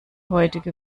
heutige